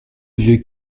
vieux